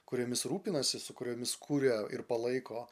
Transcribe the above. kuriomis rūpinasi su kuriomis kuria ir palaiko